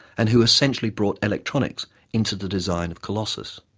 and who essentially brought electronics into the design of colossus.